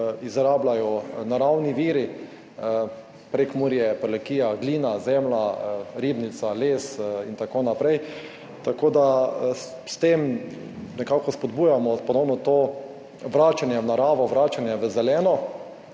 izrabljajo tudi naravni viri, Prekmurje, Prlekija, glina, zemlja, Ribnica les in tako naprej, tako da s tem nekako spodbujamo ponovno vračanje v naravo, vračanje v zeleno.